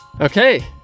Okay